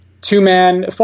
Two-man